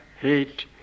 hate